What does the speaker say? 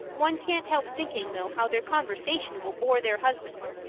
one can't help thinking, though, how their conversation will bore their husbands,